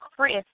Chris